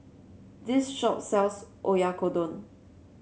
this shop sells Oyakodon